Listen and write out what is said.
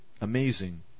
Amazing